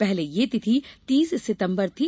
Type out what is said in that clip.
पहले यह तिथि तीस सितम्बर थी